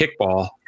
kickball